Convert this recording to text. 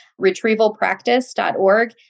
Retrievalpractice.org